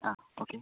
ആ ഓക്കെ